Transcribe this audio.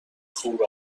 خوب